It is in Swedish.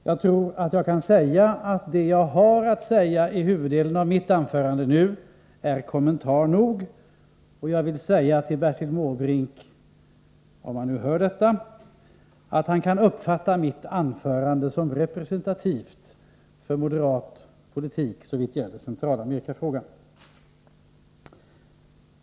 Jag tror emellertid att det jag kommer att säga i huvuddelen av mitt anförande är kommentar nog, och jag vill säga till Bertil Måbrink — om han nu hör detta — att han kan uppfatta mitt anförande som representativt för moderat politik när det gäller Centralamerikafrågan.